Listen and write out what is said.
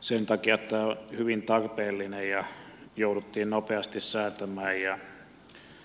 sen takia tämä on hyvin tarpeellinen ja jouduttiin nopeasti säätämään ja